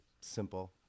simple